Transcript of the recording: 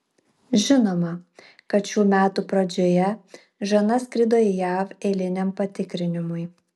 žinoma kad šių metų pradžioje žana skrido į jav eiliniam patikrinimui